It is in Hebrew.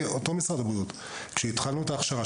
אותו משרד הבריאות כשהתחלנו את ההכשרה,